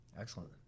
Excellent